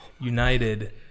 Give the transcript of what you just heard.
United